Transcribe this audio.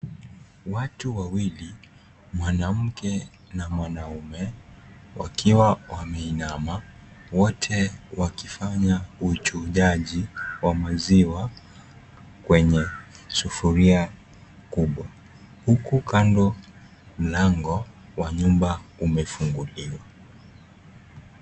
Watu wawili mwanamke na mwanaume wakiwa wameinama wote wakifanya huchujaji wa maziwa kwenye sufuria kubwa. Huku kando lango wa nyumba umefunguliwa.